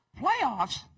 Playoffs